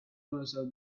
colossal